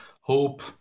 hope